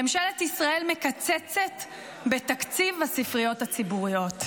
ממשלת ישראל מקצצת בתקציב הספריות הציבוריות.